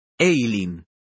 Eileen